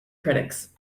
critics